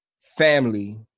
family